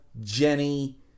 Jenny